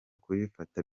kubifata